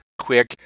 quick